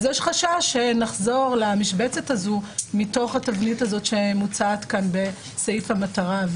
אז יש חשש שנחזור למשבצת הזו מתוך התבנית הזאת שמוצעת כאן בסעיף המטרה.